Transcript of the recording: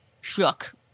shook